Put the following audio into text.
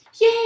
Yay